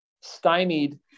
stymied